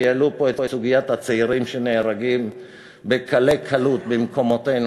כי העלו פה את סוגיית הצעירים שנהרגים בקלי קלות במקומותינו,